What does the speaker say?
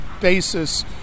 basis